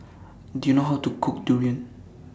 Do YOU know How to Cook Durian